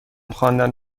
خواندن